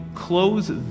Close